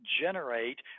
generate